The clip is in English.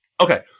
Okay